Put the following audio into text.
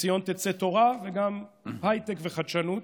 מציון תצא תורה וגם ההייטק והחדשנות,